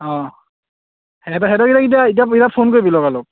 অঁ সিহঁতকেইটাক এতিয়া এতিয়া ফোন কৰিবি লগালগ